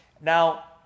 Now